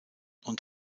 und